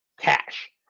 cash